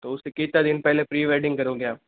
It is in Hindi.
तो उससे कितना दिन पहले प्री वेडिंग करोगे आप